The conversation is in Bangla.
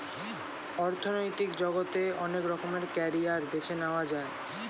অর্থনৈতিক জগতে অনেক রকমের ক্যারিয়ার বেছে নেয়া যায়